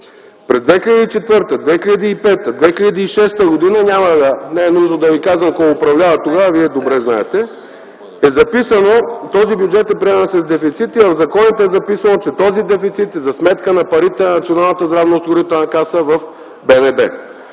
През 2004 г., 2005 г. и 2006 г. не е нужно да ви казвам кой управлява тогава, вие добре го знаете, е записано, че този бюджет е приеман с дефицит. В законите е записано, че този дефицит е за сметка на парите на Националната здравноосигурителна каса в БНБ.